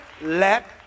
let